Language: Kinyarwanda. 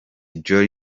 jali